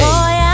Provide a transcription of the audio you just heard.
Boy